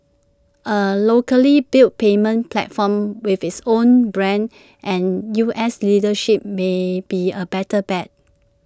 A locally built payments platform with its own brand and U S leadership may be A better bet